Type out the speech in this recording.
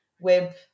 Web